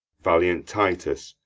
valiant titus,